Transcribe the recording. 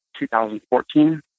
2014